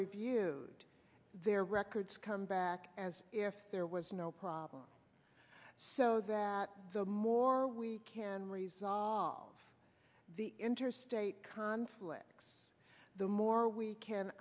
reviewed their records come back as if there was no problem so that the more we can resolve the interstate conflicts the more we can